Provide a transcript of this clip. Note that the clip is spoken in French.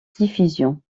diffusion